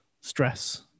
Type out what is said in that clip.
stress